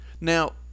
Now